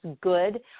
good